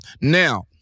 Now